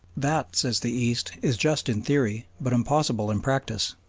that, says the east, is just in theory but impossible in practice.